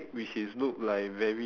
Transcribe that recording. ya and